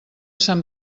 sant